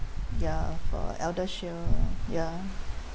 ya oh for ElderShield ya